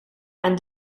and